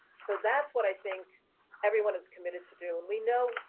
so that's what i think everyone is committed to do. and we know,